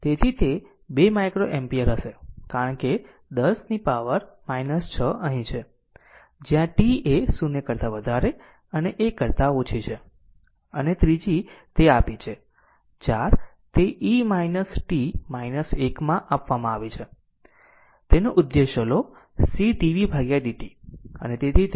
તેથી તે 2 micro ampere હશે કારણ કે 10 પાવર 6 અહીં છે જ્યાં t એ 0 કરતા વધારે અને 1 કરતા ઓછી છે અને ત્રીજી તે આપી છે 4 તે e t 1 માં આપવામાં આવી છે 1 તેનો ઉદ્દેશ્ય લો C dvdt